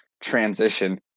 transition